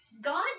God